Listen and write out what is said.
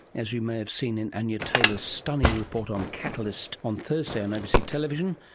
as you may have seen in anja taylor's stunning report on catalyst on thursday on abc television,